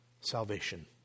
salvation